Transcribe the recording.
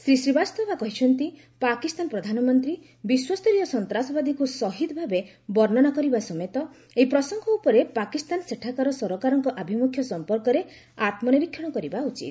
ଶ୍ରୀ ଶ୍ରୀବାସ୍ତବା କହିଛନ୍ତି ପାକିସ୍ତାନ ପ୍ରଧାନମନ୍ତ୍ରୀ ବିଶ୍ୱସ୍ତରୀୟ ସନ୍ତାସବାଦୀକୁ ଶହୀଦ ଭାବେ ବର୍ଣ୍ଣନା କରିବା ସମେତ ଏହି ପ୍ରସଙ୍ଗ ଉପରେ ପାକିସ୍ତାନ ସେଠାକାର ସରକାରଙ୍କ ଆଭିମୁଖ୍ୟ ସଂପର୍କରେ ଆତ୍ମନିରୀକ୍ଷଣ କରିବା ଉଚିତ